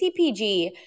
CPG